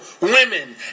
women